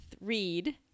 read